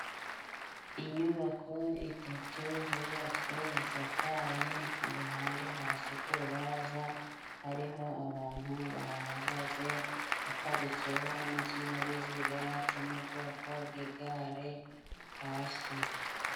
Inyubako itatu zubatswe zisakaye, iruhande hasi ku rubaraza hariho abantu bahagaze, haparitsweho n'ikinyabiziga cyo mubwoko bw'igare hasi.